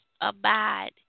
abide